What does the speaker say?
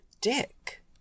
dick